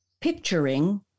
picturing